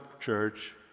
church